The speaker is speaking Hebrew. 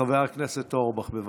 חבר הכנסת אורבך, בבקשה.